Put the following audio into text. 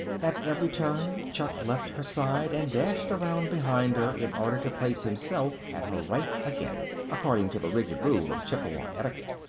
at every turn chuck left her side and dashed around behind her in order to place himself at her right again, according to the rigid rule of chippewa etiquette.